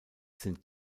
sind